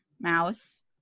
Mouse